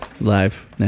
live